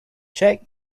check